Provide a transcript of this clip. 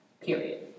Period